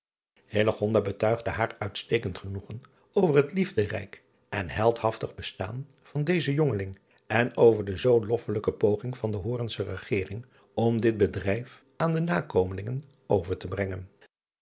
betuigde haar uitstekend genoegen over het liefderijk en heldhaftig bestaan van dezen jongeling en over de zoo loffelikje poging van de oornsche egering om dit bedrijf aan de nakomelingen over te brengen